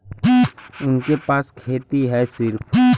उनके पास खेती हैं सिर्फ